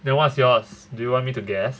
then what's yours do you want me to guess